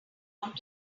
want